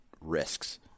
risks